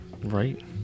Right